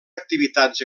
activitats